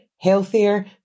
healthier